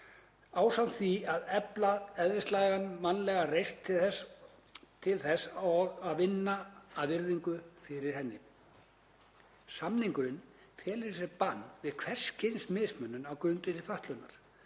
ásamt því að efla eðlislæga mannlega reisn þess og vinna að virðingu fyrir henni. Samningurinn felur í sér bann við hvers kyns mismunun á grundvelli fötlunar